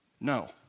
No